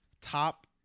top